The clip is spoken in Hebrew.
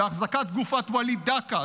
בהחזקת גופת וליד דקה,